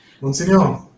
Monsignor